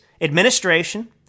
administration